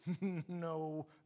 no